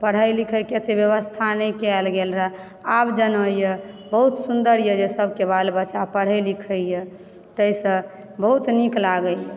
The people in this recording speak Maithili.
पढ़य लिखयके एतय व्यवस्था नहि कयल गेल रहय आब जेनाए बहुत सुन्दरए जे सभके बाल बच्चा पढ़य लिखयए ताहिसँ बहुत नीक लागयए